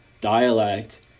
dialect